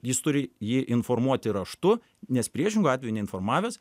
jis turi jį informuoti raštu nes priešingu atveju neinformavęs